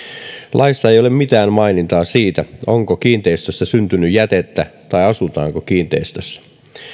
laissa ei ole mitään mainintaa siitä onko kiinteistössä syntynyt jätettä tai asutaanko kiinteistössä